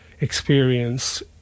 experience